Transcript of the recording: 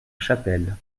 chapelle